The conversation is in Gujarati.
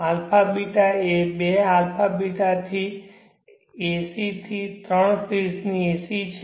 αβ એ બે αβ ની ac થી ત્રણ ફેઝ ની ac છે